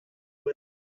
were